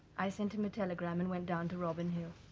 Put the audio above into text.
i sent him a telegram and went down to robin hill